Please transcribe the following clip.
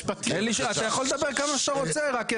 חושב ברמה העקרונית שכל הנושא של חוק ההסדרים ושמנסים